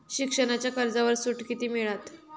शिक्षणाच्या कर्जावर सूट किती मिळात?